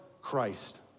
Christ